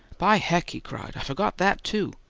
by heck! he cried, i forgot that, too!